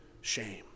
shame